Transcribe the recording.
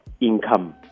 income